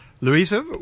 Louisa